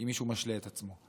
אם מישהו משלה את עצמו.